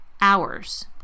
hours